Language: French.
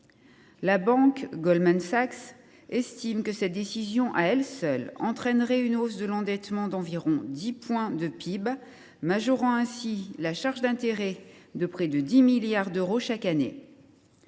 La banque Goldman Sachs estime que cette décision à elle seule entraînerait une hausse de l’endettement d’environ dix points de PIB, majorant ainsi la charge d’intérêts de près de 10 milliards d’euros chaque année.